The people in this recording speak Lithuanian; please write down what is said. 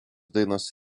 dainos